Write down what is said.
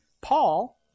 Paul